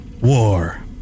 War